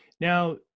now